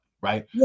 right